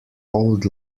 old